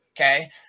okay